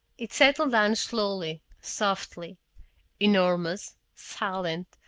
it settled down slowly, softly enormous, silent,